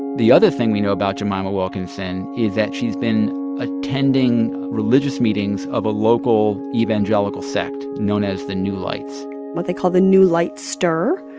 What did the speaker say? the other thing we know about jemima wilkinson is that she's been attending religious meetings of a local evangelical sect known as the new lights what they call the new light stir,